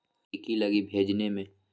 की की लगी भेजने में?